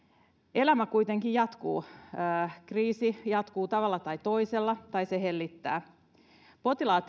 elämä kuitenkin jatkuu kriisi jatkuu tavalla tai toisella tai se hellittää potilaat